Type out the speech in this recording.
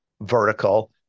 vertical